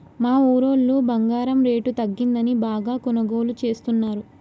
మా ఊరోళ్ళు బంగారం రేటు తగ్గిందని బాగా కొనుగోలు చేస్తున్నరు